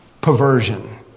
perversion